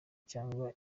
cyanga